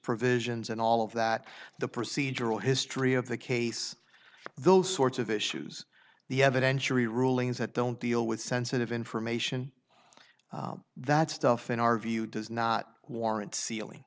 provisions and all of that the procedural history of the case those sorts of issues the evidentiary rulings that don't deal with sensitive information that stuff in our view does not warrant sealing